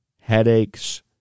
headaches